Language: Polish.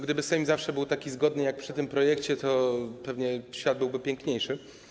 Gdyby Sejm zawsze był taki zgodny jak przy tym projekcie, to pewnie świat byłby piękniejszy.